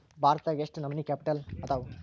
ಭಾರತದಾಗ ಯೆಷ್ಟ್ ನಮನಿ ಕ್ಯಾಪಿಟಲ್ ಅದಾವು?